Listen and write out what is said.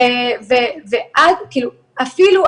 ואפילו,